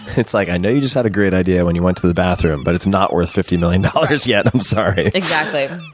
it's like, i know you just had a great idea when you went to the bathroom, but it's not worth fifty million dollars yet, i'm sorry. yeah. exactly.